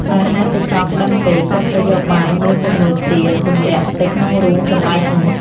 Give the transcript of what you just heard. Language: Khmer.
ដោយហេតុតែចង់ដឹងពេក គាត់ក៏យកបាយមួយពំនូតទៀតទម្លាក់ទៅក្នុងរូងចំលែកនោះ ។